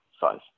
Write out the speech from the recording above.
size